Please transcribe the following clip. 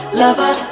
lover